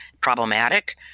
problematic